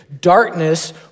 darkness